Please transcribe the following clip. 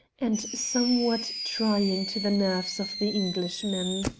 and somewhat trying to the nerves of the englishmen.